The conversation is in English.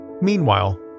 Meanwhile